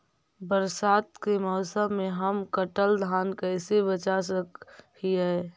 बरसात के मौसम में हम कटल धान कैसे बचा सक हिय?